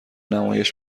نمایش